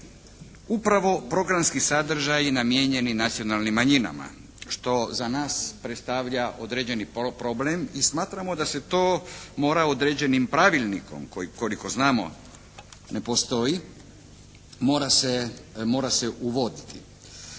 upravo programski sadržaji namijenjeni nacionalnim manjinama što za nas predstavlja određeni problem i smatramo da se to mora određenim pravilnikom koji koliko znamo ne postoji, mora se uvoditi.